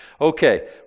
Okay